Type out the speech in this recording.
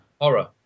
Horror